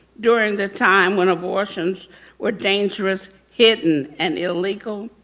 during the time when abortions were dangerous, hidden and illegal,